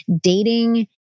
dating